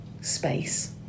space